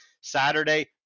saturday